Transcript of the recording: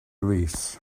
rees